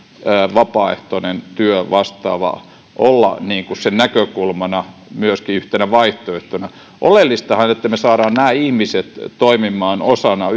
vapaaehtoinen työ tai vastaava olla näkökulmana ja myöskin yhtenä vaihtoehtona oleellistahan on että me saamme nämä ihmiset toimimaan osana